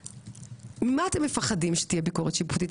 ממה אתם מפחדים שתהיה ביקורת שיפוטית?